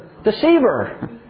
Deceiver